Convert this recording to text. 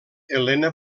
elena